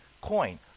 coin